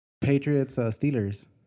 Patriots-Steelers